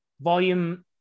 volume